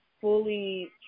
fully